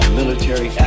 military